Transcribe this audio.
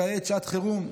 כעת שעת חירום,